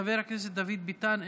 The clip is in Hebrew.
חבר הכנסת דוד ביטן,